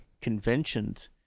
conventions